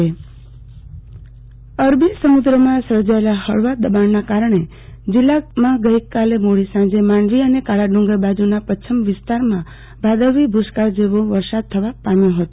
આરતી ભદ્દ વરસાદી ઝાપટાં અરબી સમુદ્રમાં સર્જાયેલા હળવા દબાણને કારણે જીલ્લા ગઈકાલે મોડી સાંજે માંડવી અને કાળા ડુંગર બાજુના પરછમ વિસ્તારમાં ભાદરવી ભુસાકા જેવો વરસાદ થયા પામ્યો હતો